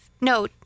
No